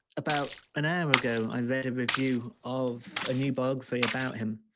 about an hour ago, i read a review of a new bug for you about him.